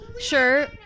Sure